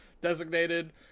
designated